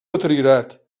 deteriorat